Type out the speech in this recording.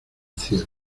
cielo